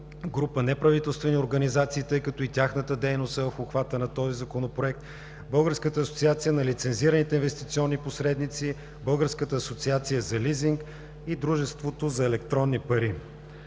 група неправителствени организации, тъй като и тяхната дейност е в обхвата на този Законопроект, Българската асоциация на лицензираните инвестиционни посредници, Българската асоциация за лизинг и Дружеството за електронни пари.